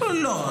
לא,